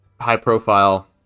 high-profile